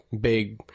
big